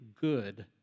good